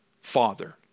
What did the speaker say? father